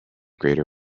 greater